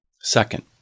Second